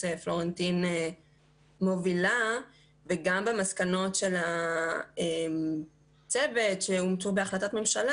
פלורנטין מובילה וגם במסקנות של הצוות שאומצו בהחלטת ממשלה.